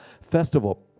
festival